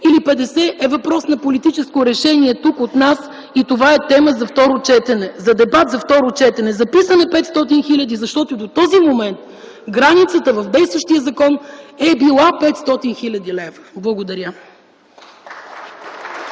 или 50 е въпрос на политическо решение тук от нас и това е тема за дебат за второ четене. Записано е 500 хиляди, защото до този момент границата в действащия закон е била 500 хил. лв. Благодаря.